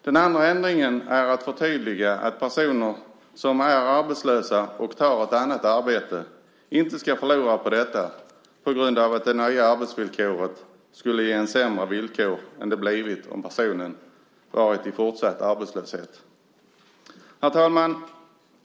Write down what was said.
Den andra ändringen är att förtydliga att personer som är arbetslösa och tar ett arbete inte ska förlora på detta på grund av att det nya arbetsvillkoret skulle ge sämre villkor än det blivit om personen varit i fortsatt arbetslöshet. Herr talman!